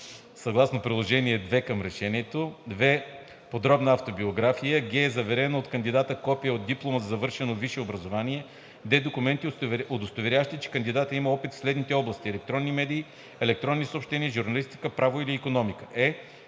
съгласно приложение № 2 към Решението; в) подробна автобиография; г) заверено от кандидата копие от диплома за завършено висше образование; д) документи, удостоверяващи, че кандидатът има опит в следните области: електронни медии, електронни съобщения, журналистика, право или икономика; е)